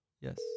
Yes